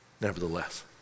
nevertheless